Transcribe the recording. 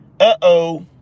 Uh-oh